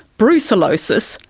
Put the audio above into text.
brucellosis,